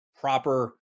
proper